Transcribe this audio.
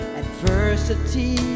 adversity